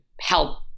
help